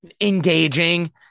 engaging